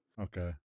Okay